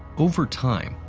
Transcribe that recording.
over time,